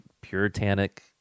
puritanic